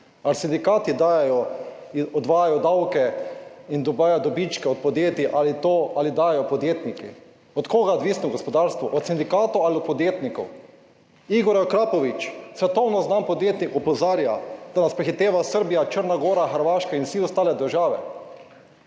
Ali sindikati dajejo, odvajajo davke in dobijo dobičke od podjetij ali dajejo podjetniki? Od koga je odvisno gospodarstvo, od sindikatov ali od podjetnikov?! Igor Akrapovič, svetovno znan podjetnik, opozarja, da nas prehitevajo Srbija, Črna gora, Hrvaška in vse ostale države.